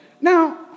now